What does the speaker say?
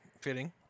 fitting